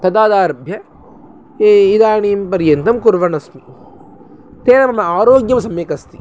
तदारभ्य ये इदानीं पर्यन्तं कुर्वन्नस्मि तेन आरोग्यं सम्यकस्ति